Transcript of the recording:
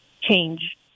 change